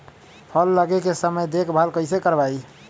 फल लगे के समय देखभाल कैसे करवाई?